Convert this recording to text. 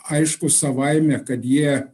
aišku savaime kad jie